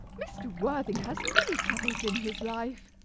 mr. worthing has many troubles in his life.